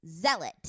zealot